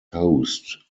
host